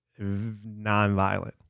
nonviolent